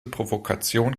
provokation